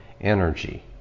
energy